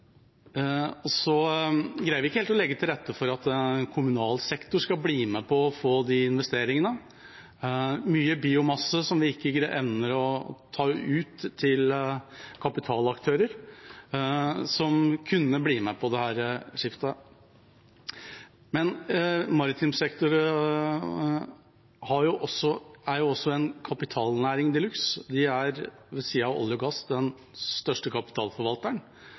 greier ikke helt å legge til rette for at kommunal sektor skal bli med på å få de investeringene. Det er mye biomasse som vi ikke evner å ta ut til kapitalaktører som kunne blitt med på dette skiftet. Maritim sektor er jo også en kapitalnæring de luxe og ved siden av olje og gass den største kapitalforvalteren.